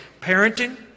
parenting